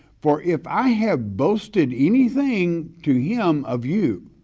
for if i have boasted anything to him of you,